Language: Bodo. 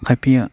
खायफाया